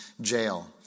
jail